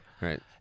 right